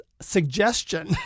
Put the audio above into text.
suggestion